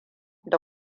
da